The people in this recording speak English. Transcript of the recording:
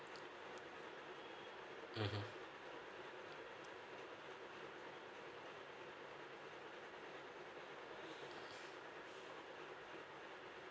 mmhmm